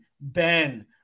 Ben